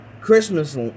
Christmas